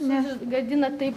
negadina taip